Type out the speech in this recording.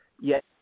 Yes